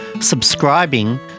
subscribing